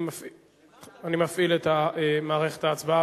אני מפעיל את מערכת ההצבעה.